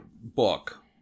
book